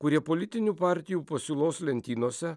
kurie politinių partijų pasiūlos lentynose